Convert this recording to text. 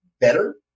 better